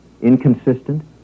inconsistent